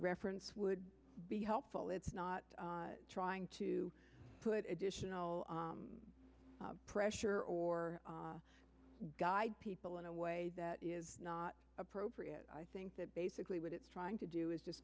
reference would be helpful it's not trying to put additional pressure or guide people in a way that is not appropriate i think that basically what it's trying to do is just